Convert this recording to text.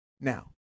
Now